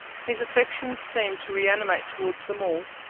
his affections seemed to reanimate towards them all,